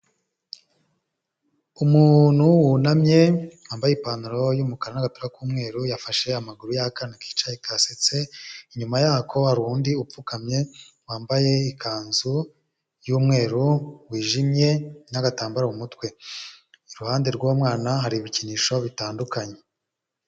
Umuntu wunamye wambaye ipantaro y'umukara n'agapira k'umweru yafashe amaguru y'akana kicaye kasetse, inyuma yako hari undi upfukamye wambaye ikanzu y'umweru wijimye n'agatambaro mu mutwe, iruhande rw'uwo mwana hari ibikinisho bitandukanye.